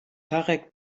tarek